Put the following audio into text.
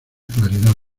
claridad